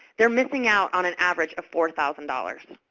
they're missing out on an average of four thousand dollars.